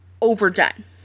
overdone